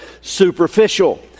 superficial